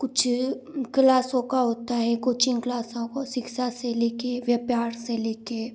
कुछ क्लासों का होता है कोचिंग क्लासों को शिक्षा से ले कर व्यापार से ले कर